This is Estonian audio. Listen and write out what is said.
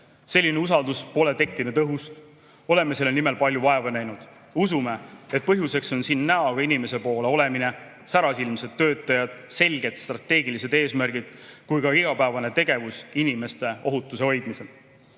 Selline usaldus pole tekkinud õhust. Oleme selle nimel palju vaeva näinud, usume, et põhjuseks on siin näoga inimese poole olemine, särasilmsed töötajad, selged strateegilised eesmärgid ja igapäevane tegevus inimeste ohutuse hoidmisel. Päästeamet